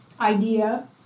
idea